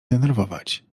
denerwować